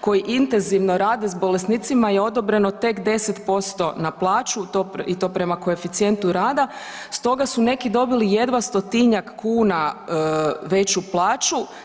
koji intenzivno rade s bolesnicima je odobreno tek 10% na plaću i to prema koeficijentu rada stoga su neki dobili jedva 100-tinjak kuna veću plaću.